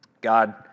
God